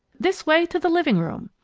this way to the living-room!